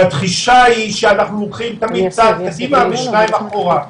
והתחושה היא שאנחנו הולכים צעד קדימה ושניים אחורה.